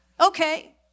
Okay